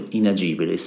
inagibile